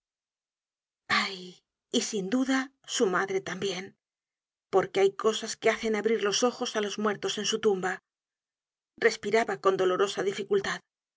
y sin duda su madre tambien porque hay cosas que hacen abrir los ojos á los muertos en su tumba respiraba con dolorosa dificultad